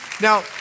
Now